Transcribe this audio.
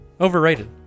overrated